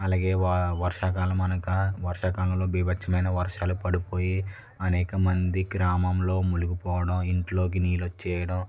అలాగే వర్షకాలం అనగా వర్షకాలంలో బీభత్సమైన వర్షాలు పడిపోయి అనేక మంది గ్రామంలో మునిగిపోవడం ఇంట్లోకి నీళ్ళు వచ్చేయడం